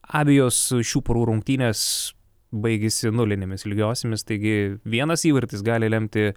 abejos šių porų rungtynės baigėsi nulinėmis lygiosiomis taigi vienas įvartis gali lemti